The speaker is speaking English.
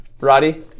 Roddy